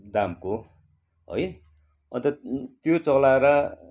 दामको है अन्त त्यो चलाएर